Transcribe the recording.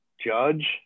judge